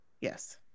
Yes